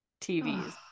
TVs